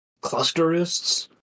clusterists